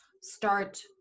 start